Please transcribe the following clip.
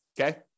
Okay